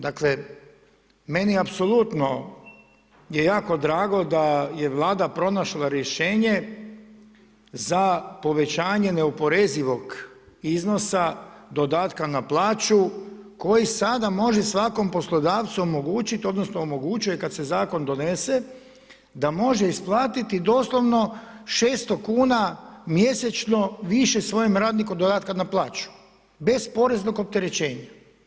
Dakle, meni apsolutno je jako drago da je vlada pronašla rješenje za povećanje neoporezivog iznosa dodatka na plaću, koji se sada može svakom poslodavcu omogućiti, odnosno, omogućuje da se zakon donese, da može isplatiti doslovno 600 kn mjesečno, više svojim radniku dodatka na plaću, bez poreznog opterećenja.